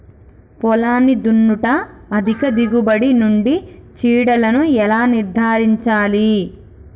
పొలాన్ని దున్నుట అధిక దిగుబడి నుండి చీడలను ఎలా నిర్ధారించాలి?